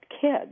kids